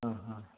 ആ ഹ